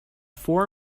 four